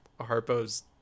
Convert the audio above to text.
harpo's